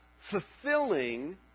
fulfilling